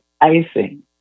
icing